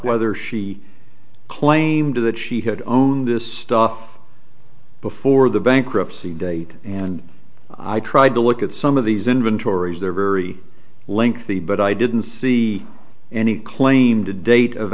whether she claimed that she had owned this stuff before the bankruptcy date and i tried to look at some of these inventories they're very lengthy but i didn't see any claim to date of